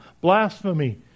Blasphemy